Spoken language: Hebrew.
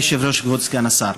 אדוני היושב-ראש, כבוד סגן השר.